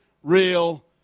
Real